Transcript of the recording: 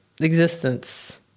existence